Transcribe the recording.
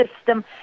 system